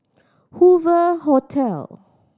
Hoover Hotel